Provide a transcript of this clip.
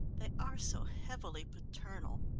they are so heavily paternal!